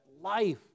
life